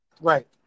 Right